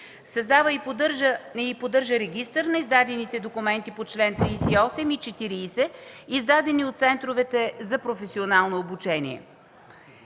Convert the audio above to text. създава и поддържа регистър на издадените документи по чл. 38 и 40, издадени от центровете за професионално обучение,